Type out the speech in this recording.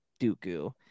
Dooku